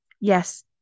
Yes